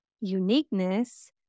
uniqueness